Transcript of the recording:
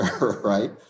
right